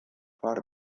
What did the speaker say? thought